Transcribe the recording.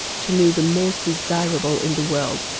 to me the most desirable in the world,